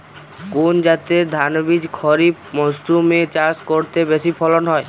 কোন জাতের ধানবীজ খরিপ মরসুম এ চাষ করলে বেশি ফলন হয়?